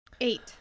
Eight